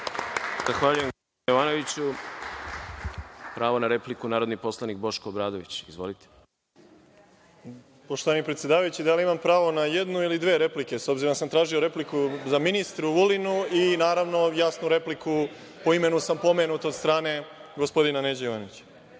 na repliku, narodni poslanik Boško Obradović. Izvolite. **Boško Obradović** Poštovani predsedavajući, da li imam pravo na jednu ili dve replike, s obzirom da sam tražio repliku za ministra Vulina i, naravno, jasno repliku, po imenu sam pomenut od strane gospodina Neđe Jovanovića,